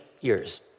years